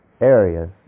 areas